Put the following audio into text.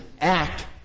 act